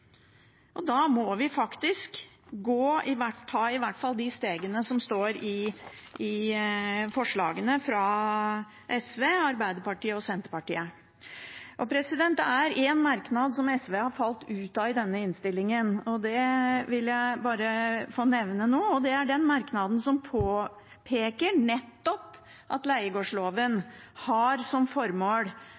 Da må vi faktisk ta i hvert fall de stegene som står i forslagene fra SV, Arbeiderpartiet og Senterpartiet. Det er én merknad som SV har falt ut av i denne innstillingen, og det vil jeg bare få nevne nå. Det er den merknaden som påpeker nettopp at leiegårdsloven har som formål